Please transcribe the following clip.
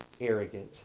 arrogant